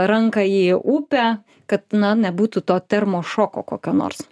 ranką į upę kad nebūtų to termo šoko kokio nors